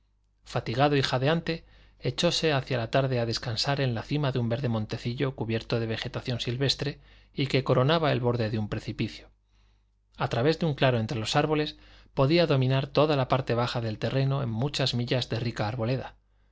fatigado y jadeante echóse hacia la tarde a descansar en la cima de un verde montecillo cubierto de vegetación silvestre y que coronaba el borde de un precipicio a través de un claro entre los árboles podía dominar toda la parte baja del terreno en muchas millas de rica arboleda